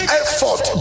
effort